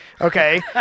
Okay